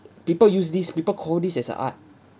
people use this people call this as a art